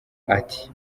ati